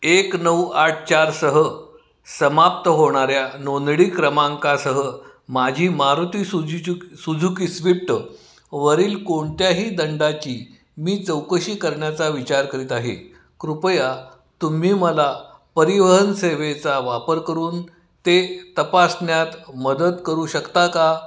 एक नऊ आठ चारसह समाप्त होणाऱ्या नोंदणी क्रमांकासह माझी मारुती सुजीचुक सुजुकी स्विफ्ट वरील कोणत्याही दंडाची मी चौकशी करण्याचा विचार करीत आहे कृपया तुम्ही मला परिवहन सेवेचा वापर करून ते तपासण्यात मदत करू शकता का